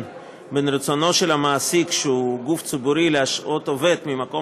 בין רצונו של מעסיק שהוא גוף ציבורי להשעות עובד ממקום